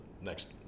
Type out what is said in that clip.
next